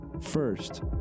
First